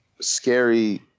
scary